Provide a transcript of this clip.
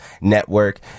network